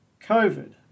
covid